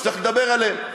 שתכף נדבר עליהן.